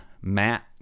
Matt